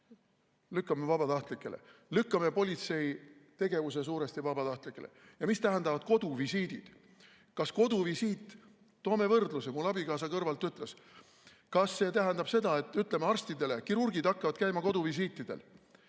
"Lükkame vabatahtlikele, lükkame politsei tegevuse suuresti vabatahtlikele!" Ja mis tähendavad koduvisiidid? Toome võrdluse. Mul abikaasa kõrvalt ütles, kas see tähendab seda, et, ütleme, kirurgid hakkavad käima koduvisiitidel,